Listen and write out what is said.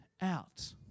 out